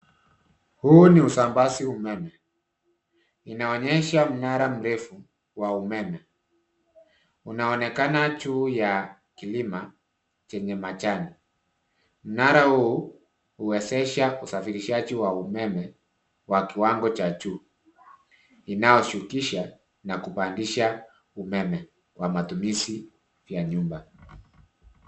Huu ni usambazi umeme. Inaonyesha mnara mrefu wa umeme. Unaonekana juu ya kilima chenye majani. Mnara huu huwezesha usafirishaji wa umeme wa kiwango cha juu, inayoshukisha na kupandisha umeme kwa matumizi vya nyumba.